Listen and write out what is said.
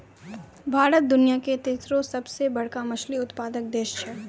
भारत दुनिया के तेसरो सभ से बड़का मछली उत्पादक देश छै